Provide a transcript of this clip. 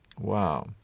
Wow